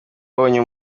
abonye